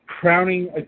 crowning